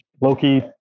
Loki